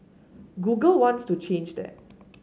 Google wants to change that